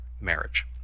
marriage